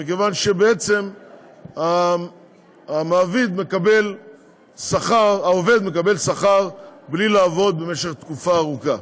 מכיוון שבעצם העובד מקבל שכר בלי לעבוד במשך תקופה ארוכה.